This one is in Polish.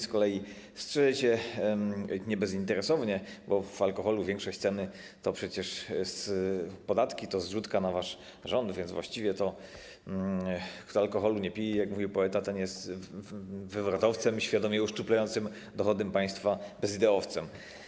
Z kolei strzeżecie tego nie bezinteresownie, bo w alkoholu większość ceny to przecież podatki, to zrzutka na wasz rząd, więc właściwie to kto alkoholu nie pije, jak mówił poeta, ten jest wywrotowcem i świadomie uszczuplającym dochody państwa bezideowcem.